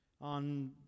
on